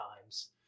times